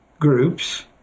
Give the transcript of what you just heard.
groups